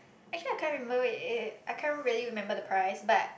actually I can't remember I can't really remember the price but